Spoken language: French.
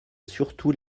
surtout